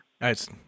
nice